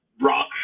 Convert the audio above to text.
rock